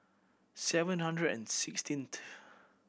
seven hundred and sixteenth